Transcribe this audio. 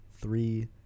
three